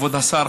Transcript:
כבוד השר,